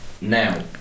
Now